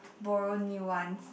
borrow new ones